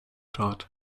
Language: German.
dort